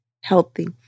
healthy